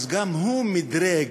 אז גם הוא מדרֵג,